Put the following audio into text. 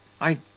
I